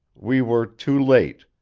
we were too late.